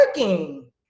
working